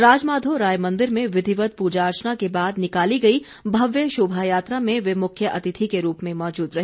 राज माधो राय मंदिर में विधिवत प्रजा अर्चना के बाद निकाली गई भव्य शोभा यात्रा में वे मुख्य अतिथि के रूप में मौजूद रहे